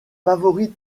favorite